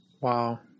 Wow